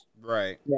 Right